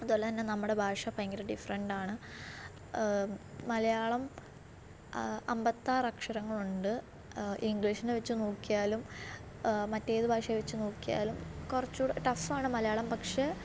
അതുപോലെത്തന്നെ നമ്മുടെ ഭാഷ ഭയങ്കര ഡിഫറൻ്റാണ് മലയാളം അമ്പത്താറ് അക്ഷരങ്ങളുണ്ട് ഇംഗ്ലീഷിനെ വെച്ച് നോക്കിയാലും മറ്റേത് ഭാഷയെ വെച്ച് നോക്കിയാലും കുറച്ചുകൂടെ ടഫാണ് മലയാളം പക്ഷെ